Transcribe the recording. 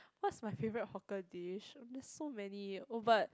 what is my favourite hawker dish there is so many oh but